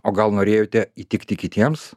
o gal norėjote įtikti kitiems